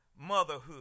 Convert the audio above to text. Motherhood